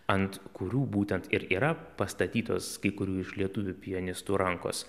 ant kurių būtent ir yra pastatytos kai kurių iš lietuvių pianistų rankos